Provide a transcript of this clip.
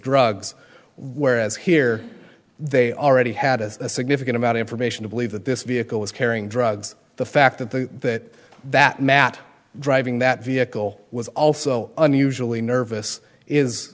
drugs whereas here they already had a significant amount information to believe that this vehicle was carrying drugs the fact that the that that matt driving that vehicle was also unusually nervous is